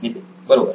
नितीन बरोबर